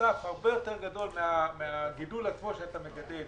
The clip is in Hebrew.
מוסף הרבה יותר גדול מהגידול שאדם מגדל.